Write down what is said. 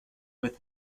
with